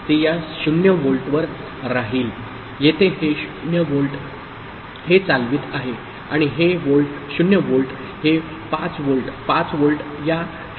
ते या 0 व्होल्टवर राहील येथे हे 0 व्होल्ट हे चालवित आहे आणि हे 0 व्होल्ट हे 5 व्होल्ट 5 व्होल्ट या 0 व्होल्ट चालवित आहे